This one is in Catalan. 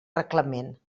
reglament